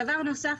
דבר נוסף,